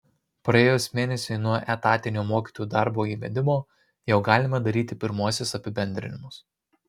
praėjus mėnesiui nuo etatinio mokytojų darbo įvedimo jau galima daryti pirmuosius apibendrinimus